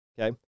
okay